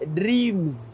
dreams